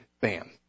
bam